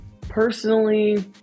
personally